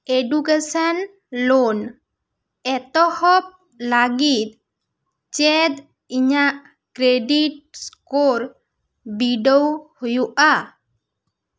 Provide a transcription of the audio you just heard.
education loan ᱮᱛᱚᱦᱚᱵ ᱞᱟᱹᱜᱤᱫ ᱪᱮᱫ ᱤᱧᱟᱹᱜ ᱠᱨᱮᱰᱤᱴ ᱥᱠᱳᱨ ᱵᱤᱰᱟᱹᱣ ᱦᱩᱭᱩᱜᱼᱟ